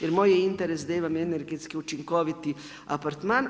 Jer moj je interes da imam energetski učinkoviti apartman.